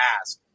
ask